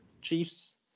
Chiefs